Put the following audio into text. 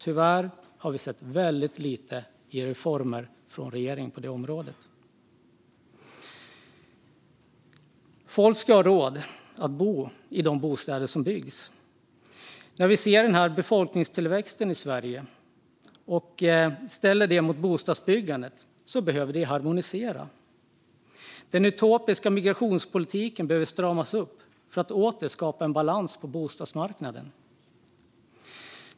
Tyvärr har vi sett väldigt lite av reformer från regeringen på detta område. Folk ska ha råd att bo i de bostäder som byggs. När vi ser befolkningstillväxten i Sverige och ställer den mot bostadsbyggandet ser vi att detta behöver harmoniseras. Den utopiska migrationspolitiken behöver stramas upp för att det åter ska skapas en balans på bostadsmarknaden.